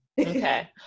Okay